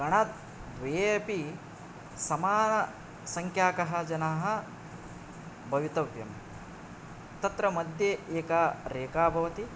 गणद्वये अपि समानसङ्ख्याकाः जनाः भवितव्यम् तत्र मध्ये एका रेखा भवति